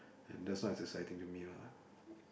and that's not as exciting to me lah